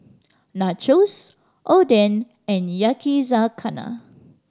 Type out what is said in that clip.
Nachos Oden and Yakizakana